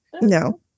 No